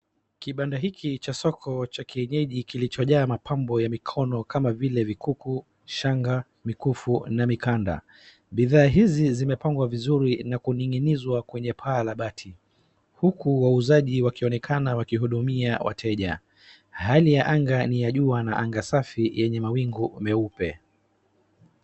Kibanda hiki cha soko cha kienyeji kilichojaa mapambo ya mikono kama vile vikuku, shanga, mikufu na mikanda. Bidhaa hizi zimepangwa vizuri na kuninizwa kwenye paa la bati huku wauuzaji wakionekana wakihudumia wateja. Hali ya aga ni ya jua na aga safi yenye mawingu meupe.